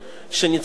שניצן אלון,